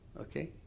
Okay